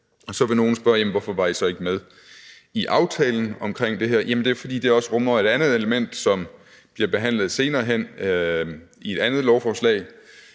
Så vil nogle spørge: Jamen hvorfor var I så ikke med i aftalen om det her? Det er, fordi det også rummer et andet element, som bliver behandlet senere hen i et andet lovforslag,